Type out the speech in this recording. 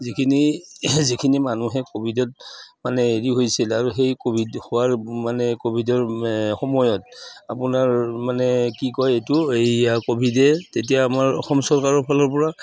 যিখিনি যিখিনি মানুহে ক'ভিডত মানে হেৰি হৈছিল আৰু সেই ক'ভিড হোৱাৰ মানে ক'ভিডৰ সময়ত আপোনাৰ মানে কি কয় এইটো এইয়া ক'ভিডে তেতিয়া আমাৰ অসম চৰকাৰৰ ফালৰ পৰা